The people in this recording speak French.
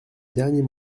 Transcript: dernier